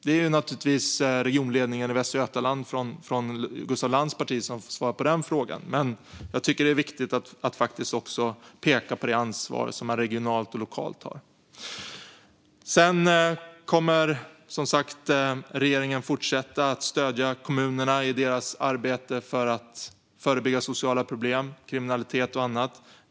Det är naturligtvis regionledningen i Västra Götaland från Gustaf Lantz parti som får svara på den frågan. Men jag tycker att det är viktigt att faktiskt också peka på det ansvar som man har regionalt och lokalt. Regeringen kommer, som sagt, att fortsätta att stödja kommunerna i deras arbete för att förebygga sociala problem, kriminalitet och annat.